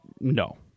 no